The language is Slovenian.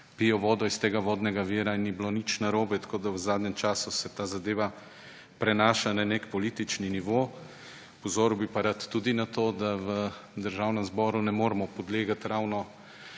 pijejo vodo iz tega vodnega vira in ni bilo nič narobe, tako da se v zadnjem času ta zadeva prenaša na nek politični nivo. Opozoril bi pa rad tudi na to, da v Državnem zboru ne moremo podlegati ravno